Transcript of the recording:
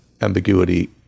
ambiguity